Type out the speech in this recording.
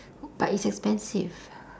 but it's expensive